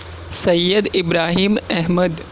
Syed Ibrahim Ahmad